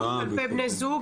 באלימות כלפי בני זוג,